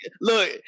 look